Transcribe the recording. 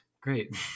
Great